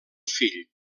fill